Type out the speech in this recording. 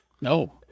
No